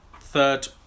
third